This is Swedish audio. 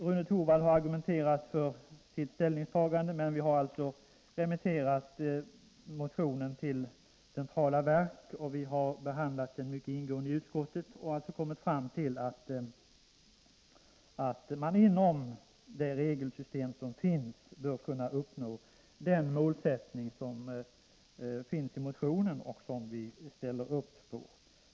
Rune Torwald har argumenterat för sitt ställningstagande, men vi har alltså remitterat motionen till centrala verk och behandlat den mycket ingående i utskottet och därvid kommit fram till att man inom det regelsystem som finns bör kunna uppfylla den målsättning som ryms i motionen och som vi ställer upp för.